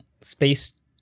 Space